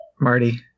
Marty